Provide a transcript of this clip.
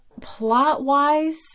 plot-wise